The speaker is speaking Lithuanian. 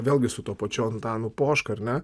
vėlgi su tuo pačiu antanu poška ar ne